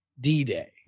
D-Day